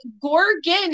Gorgon